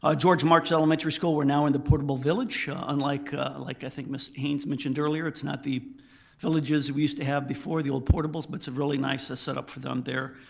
ah george marks elementary school we're now in the portable village and like ah like, i think miss haynes mentioned earlier, it's not the villages we used to have before, the old portables, but it's a really nice ah setup for them there.